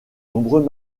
nombreux